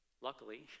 luckily